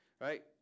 right